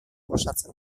osatzen